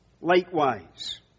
likewise